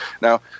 Now